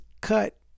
cut